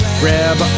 grab